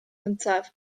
gyntaf